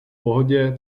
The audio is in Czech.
pohodě